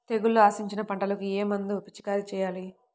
తెగుళ్లు ఆశించిన పంటలకు ఏ మందు పిచికారీ చేయాలి?